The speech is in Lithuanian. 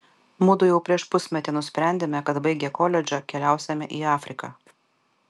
mudu jau prieš pusmetį nusprendėme kad baigę koledžą keliausime į afriką